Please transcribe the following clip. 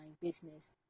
business